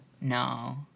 No